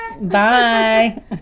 bye